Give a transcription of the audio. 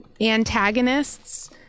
antagonists